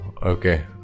okay